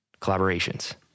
collaborations